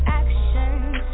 actions